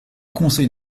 conseil